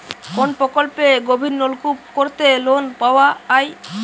কোন প্রকল্পে গভির নলকুপ করতে লোন পাওয়া য়ায়?